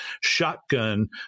shotgun